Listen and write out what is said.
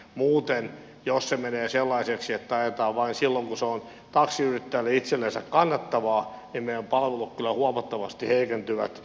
muuten jos se menee sellaiseksi että ajetaan vain silloin kun se on taksiyrittäjälle itsellensä kannattavaa niin meidän palvelut kyllä huomattavasti heikentyvät